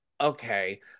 okay